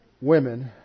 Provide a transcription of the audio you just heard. women